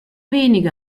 wenige